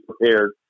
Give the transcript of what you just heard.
prepared